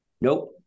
nope